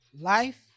life